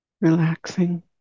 Relaxing